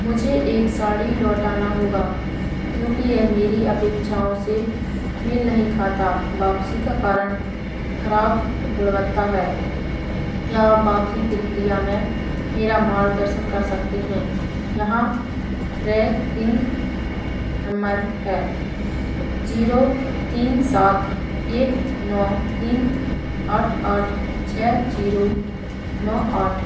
मुझे एक साड़ी लौटानी होगी क्योंकि यह मेरी अपेक्षाओं से मेल नहीं खाती वापसी का कारण खराब गुणवत्ता है क्या आप वापसी प्रक्रिया में मेरा मार्गदर्शन कर सकते हैं यहाँ ट्रैकिन्ग नम्बर है ज़ीरो तीन सात एक नौ तीन आठ आठ छह ज़ीरो नौ आठ